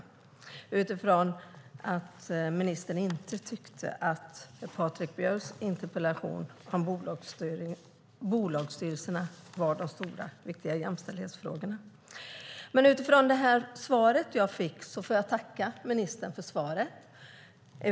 Detta säger jag utifrån att ministern inte tyckte att Patrik Björcks interpellation om bolagsstyrelserna handlade om de stora och viktiga jämställdhetsfrågorna. Jag får tacka ministern för svaret.